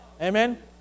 Amen